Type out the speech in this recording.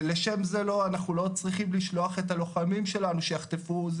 לשם זה אנחנו לא צריכים לשלוח את הלוחמים שלנו שיחטפו.